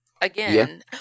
again